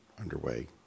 underway